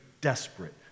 desperate